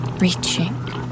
reaching